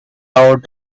out